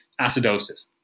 Acidosis